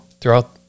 throughout